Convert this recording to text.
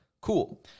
Cool